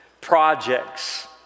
projects